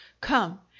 Come